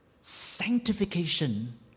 sanctification